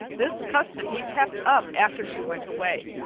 this custom he kept up after she went away,